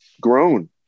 grown